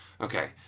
Okay